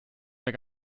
mehr